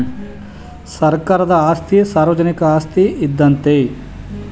ಸರ್ಕಾರದ ಆಸ್ತಿ ಸಾರ್ವಜನಿಕ ಆಸ್ತಿ ಇದ್ದಂತೆ